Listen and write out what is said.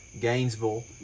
Gainesville